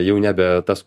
jau nebe tas